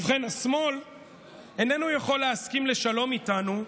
ובכן: "השמאל איננו יכול להסכים לשלום איתנו,